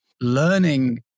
learning